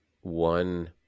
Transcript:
one